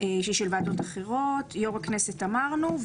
יו"ר הכנסת אמרנו.